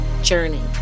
journey